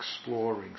exploring